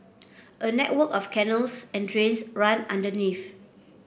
a network of canals and drains run underneath